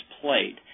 played